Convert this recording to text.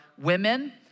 women